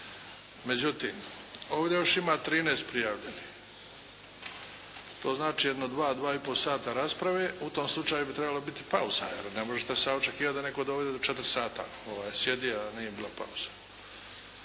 Međutim, ovdje još ima 13 prijavljenih. To znači jedno dva, dva i pol sata rasprave. U tom slučaju bi trebala biti pauza, jer ne možete sad očekivati da netko do 4 sata sjedi, a da nije bila pauza.